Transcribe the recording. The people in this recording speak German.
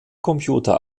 computer